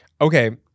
Okay